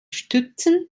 stützen